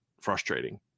frustrating